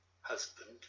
husband